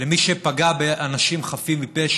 למי שפגע באנשים חפים מפשע,